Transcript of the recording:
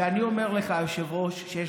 היושב-ראש.